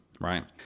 right